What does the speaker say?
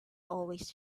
always